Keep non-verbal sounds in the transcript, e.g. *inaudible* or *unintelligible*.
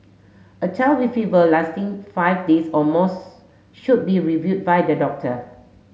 a child with fever lasting five days or more *unintelligible* should be review by the doctor